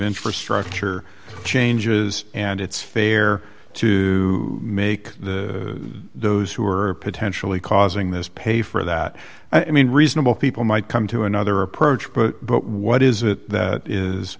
infrastructure changes and it's fair to make those who are potentially causing this pay for that i mean reasonable people might come to another approach but what is that